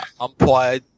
umpire